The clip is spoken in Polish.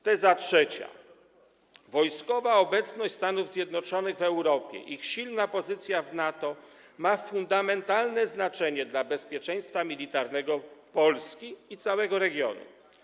Teza trzecia: wojskowa obecność Stanów Zjednoczonych w Europie i ich silna pozycja w NATO mają fundamentalne znaczenie dla bezpieczeństwa militarnego Polski i całego regionu.